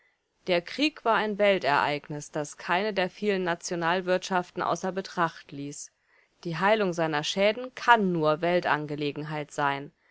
der krieg war ein weltereignis das keine der vielen nationalwirtschaften außer betracht ließ die heilung seiner schäden kann nur weltangelegenheit sein